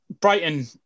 Brighton